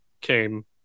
came